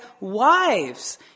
wives